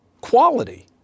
quality